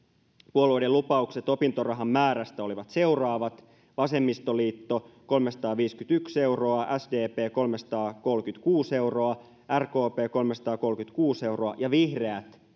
puolueiden lupaukset opintorahan määrästä olivat seuraavat vasemmistoliitto kolmesataaviisikymmentäyksi euroa sdp kolmesataakolmekymmentäkuusi euroa rkp kolmesataakolmekymmentäkuusi euroa ja vihreät